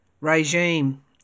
regime